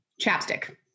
chapstick